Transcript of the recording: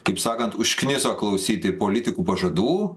kaip sakant užkniso klausyti politikų pažadų